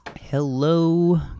Hello